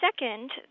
Second